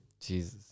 Jesus